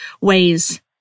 ways